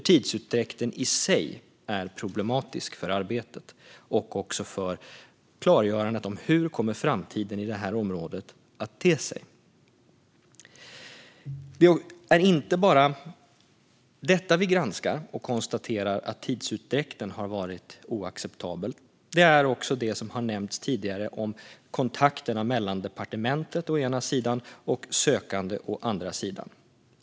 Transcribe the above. Tidsutdräkten i sig är problematisk för arbetet och också för klargörandet av hur framtiden i det här området kommer att te sig. Det är inte bara detta vi granskar. Vi konstaterar att tidsutdräkten har varit oacceptabel. Det handlar också om det som har nämnts tidigare om kontakterna mellan departementet å ena sidan och sökande å andra sidan.